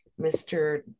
Mr